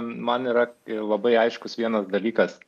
man yra labai aiškus vienas dalykas